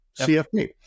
cfp